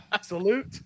Salute